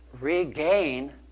regain